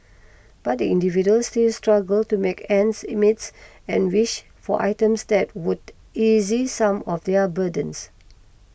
but the individuals still struggle to make ends meets and wish for items that would easy some of their burdens